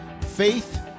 faith